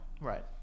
Right